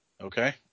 Okay